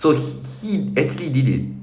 so he actually did it